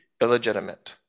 illegitimate